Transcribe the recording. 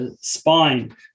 spine